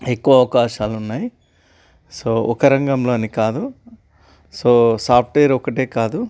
ఎక్కువ అవకాశాలు ఉన్నాయి సో ఒక రంగంలో అని కాదు సో సాఫ్ట్వేర్ ఒకటే కాదు